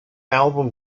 album